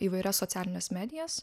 įvairias socialines medijas